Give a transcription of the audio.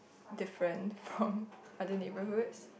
different from other neighbourhoods